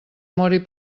mori